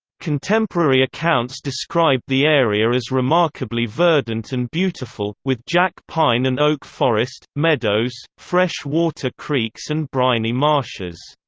contemporary accounts describe the area as remarkably verdant and beautiful, with jack pine and oak forest, meadows, fresh water creeks and briny marshes.